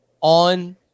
on